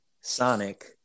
Sonic